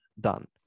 done